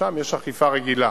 שם יש אכיפה רגילה.